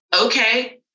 Okay